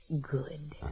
Good